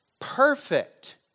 perfect